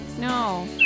No